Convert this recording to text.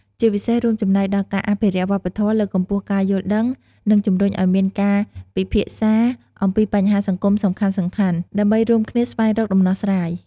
ជាពិសេសរួមចំណែកដល់ការអភិរក្សវប្បធម៌ លើកកម្ពស់ការយល់ដឹង និងជំរុញឱ្យមានការពិភាក្សាអំពីបញ្ហាសង្គមសំខាន់ៗ ដើម្បីរួមគ្នាស្វែងរកដំណោះស្រាយ។